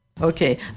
okay